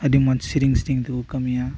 ᱟᱰᱤ ᱢᱚᱸᱡᱽ ᱥᱮᱨᱮᱧ ᱥᱮᱨᱮᱧ ᱛᱮᱠᱚ ᱠᱟᱢᱤᱭᱟ